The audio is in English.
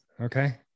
Okay